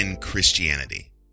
Christianity